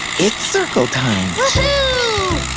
it's circle time. woo-hoo!